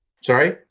Sorry